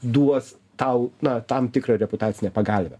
duos tau na tam tikrą reputacinę pagalvę